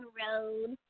road